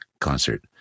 concert